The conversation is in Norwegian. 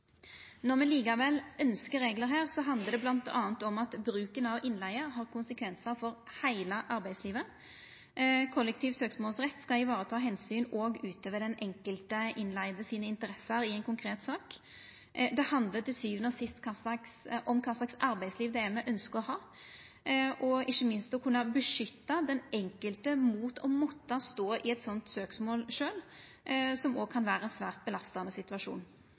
Når me likevel ønskjer reglar her, handlar det bl.a. om at bruken av innleige har konsekvensar for heile arbeidslivet. Kollektiv søksmålsrett skal vareta omsyn til og utøva interessene til den enkelte innleigde i ein konkret sak. Det handlar til sjuande og sist om kva slags arbeidsliv me ønskjer å ha, og ikkje minst om å kunna beskytta den enkelte mot å måtta stå i eit slikt søksmål sjølv, noko som kan vera ein svært belastande situasjon.